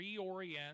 reorient